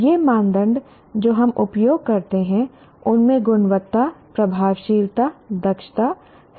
ये मानदंड जो हम उपयोग करते हैं उनमें गुणवत्ता प्रभावशीलता दक्षता स्थिरता शामिल हो सकते हैं